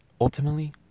ultimately